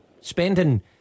spending